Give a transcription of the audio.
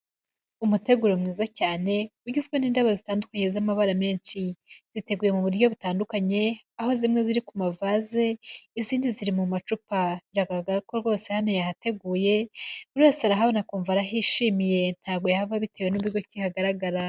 Umuteguro mwiza cyane ugizwe n'indabo zitandukanye z'amabara menshi, ziteguye mu buryo butandukanye aho zimwe ziri ku mavaze, izindi ziri mu macupa, biragaragara ko rwose hano yahateguye, buri wese arahabona akumva arahishimiye ntago yahava bitewe n'uburyo ki hagaragara.